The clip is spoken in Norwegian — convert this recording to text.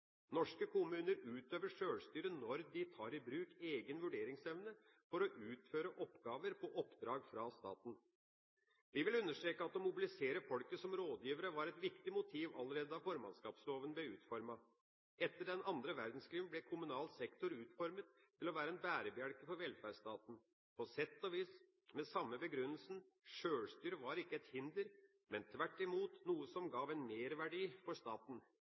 Norske kommuner utøver sjølstyre når de tar i bruk egen vurderingsevne for å utføre oppgaver på oppdrag fra staten. Vi vil understreke at å mobilisere folket som rådgivere var et viktig motiv allerede da formannskapslovene ble utformet. Etter den andre verdenskrigen ble kommunal sektor utformet til å være en bærebjelke for velferdsstaten, på sett og vis med samme begrunnelsen: Sjølstyret var ikke et hinder, men tvert imot noe som ga en merverdi for staten.